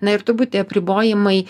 na ir turbūt tie apribojimai